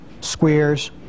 squares